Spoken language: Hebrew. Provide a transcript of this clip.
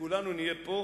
כולנו נהיה פה,